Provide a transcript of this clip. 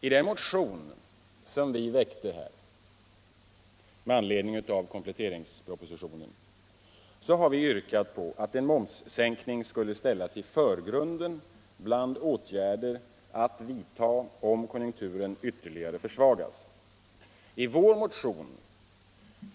I den motion som vi väckt med anledning av kompletteringspropositionen har vi yrkat att en momssänkning skulle ställas i förgrunden bland de åtgärder som bör vidtas om konjunkturen försvagas ytterligare. I vår motion